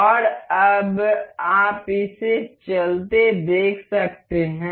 और अब आप इसे चलते देख सकते हैं